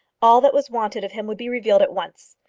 all that was wanted of him would be revealed at once.